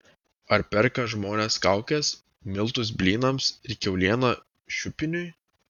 ar perka žmonės kaukes miltus blynams ir kiaulieną šiupiniui